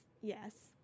yes